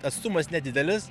atstumas nedidelis